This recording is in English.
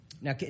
now